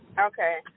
Okay